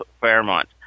Fairmont